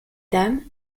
dames